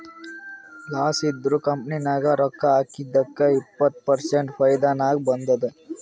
loss ಇದ್ದಿದು company ನಾಗ್ ರೊಕ್ಕಾ ಹಾಕಿದ್ದುಕ್ ಇಪ್ಪತ್ ಪರ್ಸೆಂಟ್ ಫೈದಾ ನಾಗ್ ಬಂದುದ್